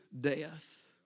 death